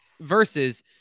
versus